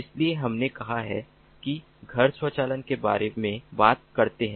इसलिए हमने कहा है कि हम घर स्वचालन के बारे में बात करते हैं